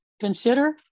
consider